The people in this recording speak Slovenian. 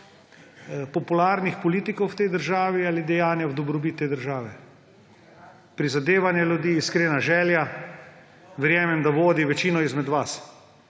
popularnih politikov v tej državi ali dejanja v dobrobit te države? Prizadevanja ljudi, iskrena želja, verjamem, da vodi večino izmed vas.